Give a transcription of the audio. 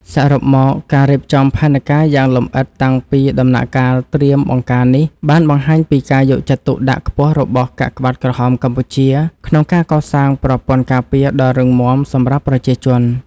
សរុបមក ការរៀបចំផែនការយ៉ាងលម្អិតតាំងពីដំណាក់កាលត្រៀមបង្ការនេះ បានបង្ហាញពីការយកចិត្តទុកដាក់ខ្ពស់របស់កាកបាទក្រហមកម្ពុជា ក្នុងការកសាងប្រព័ន្ធការពារដ៏រឹងមាំសម្រាប់ប្រជាជន។